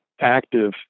active